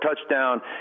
touchdown